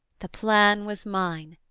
the plan was mine.